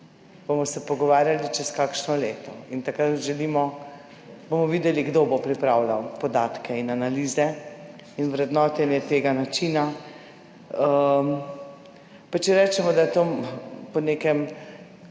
bomo pogovarjali čez kakšno leto in takrat bomo videli, kdo bo pripravljal podatke in analize in vrednotenje tega načina. Pa če rečemo, da je to, ne